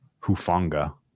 Hufanga